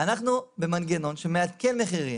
במנגנון שמעדכן מחירים.